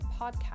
PODCAST